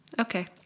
Okay